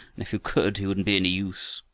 and if you could, he wouldn't be any use.